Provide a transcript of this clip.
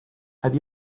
have